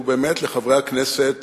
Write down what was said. ולחברי הכנסת